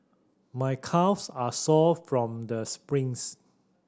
my calves are sore from the sprints